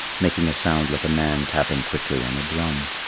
making a sound like a man tapping quickly on a drum.